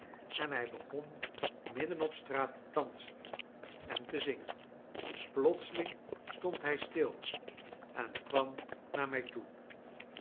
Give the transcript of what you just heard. en hij begon middenop straat te dansen en te zingen plotseling stond hij stil en kwam naar mij toe